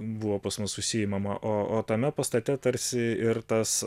buvo pas mus užsiimama o o tame pastate tarsi ir tas